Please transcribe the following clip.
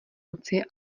lucie